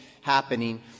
happening